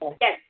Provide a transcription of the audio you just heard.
Yes